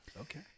Okay